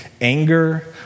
anger